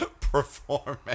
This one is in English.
performance